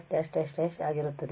⋯ಆಗಿರುತ್ತದೆ